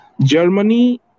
Germany